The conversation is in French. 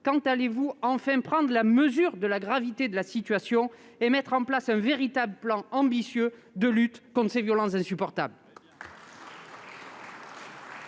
quand allez-vous enfin prendre la mesure de la gravité de la situation et mettre en place un véritable plan ambitieux de lutte contre ces violences insupportables ?